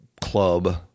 club